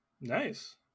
Nice